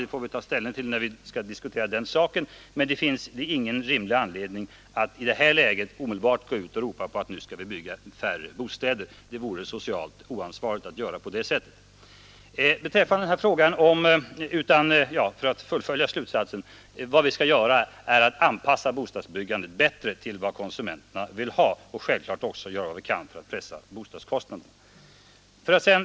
Det får vi ta ställning till då vi närmare skall diskutera de speciella frågorna. Men det finns ingen rimlig anledning att i nuvarande läge gå ut och ropa ut att nu skall vi bygga färre bostäder. Det vore socialt oansvarigt att göra det. Nej, vad vi skall göra är att anpassa bostadsbyggandet bättre till vad konsumenterna vill ha och självfallet också göra vad vi kan för att pressa bostadskostnaderna. Herr talman!